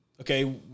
Okay